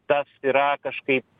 tas yra kažkaip